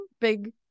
Big